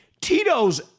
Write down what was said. Tito's